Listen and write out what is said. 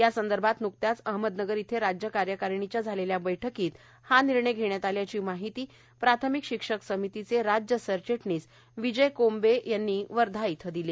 यासंदर्भात नुकताच अहमदनगर येथे राज्य कार्यकारिणीच्या बैठकीत घेण्यात आल्याची माहिती प्राथमिक शिक्षक समितीचे राज्य सरचिटणीस विजय कोंबे यांनी वर्धा इथं दिली आहे